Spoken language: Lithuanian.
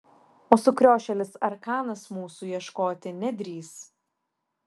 o sukriošėlis arkanas mūsų ieškoti nedrįs